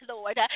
Lord